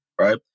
Right